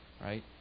Right